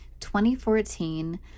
2014